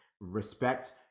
respect